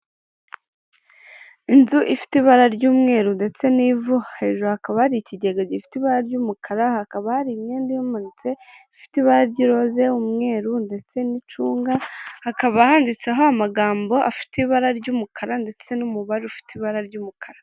Inzu ifite ibara ry'umweru ndetse n'ivu ,hejuru hakaba hari ikigega gifite ibara ry'umukara, hakaba hari imyenda ihamanitse ,ifite ibara ry'irose ,umweru ndetse n'icunga ,hakaba handitseho amagambo afite ibara ry'umukara ndetse n'umubare ufite ibara ry'umukara.